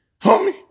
homie